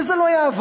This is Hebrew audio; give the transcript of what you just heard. וזה לא יעבוד.